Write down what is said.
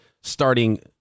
starting